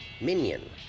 minion